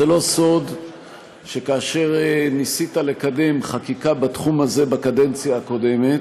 זה לא סוד שכאשר ניסית לקדם חקיקה בקדנציה הקודמת,